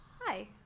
Hi